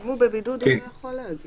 אם הוא בבידוד הוא לא יכול להגיע.